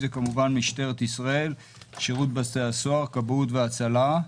כמובן משטרת ישראל, שירות בתי הסוהר, כבאות והצלה,